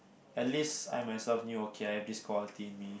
at least I myself knew okay I have this quality in me